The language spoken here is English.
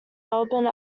melbourne